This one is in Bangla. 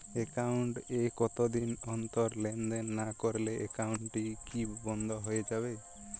একাউন্ট এ কতদিন অন্তর লেনদেন না করলে একাউন্টটি কি বন্ধ হয়ে যাবে?